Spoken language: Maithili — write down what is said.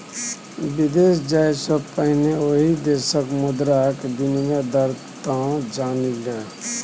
विदेश जाय सँ पहिने ओहि देशक मुद्राक विनिमय दर तँ जानि ले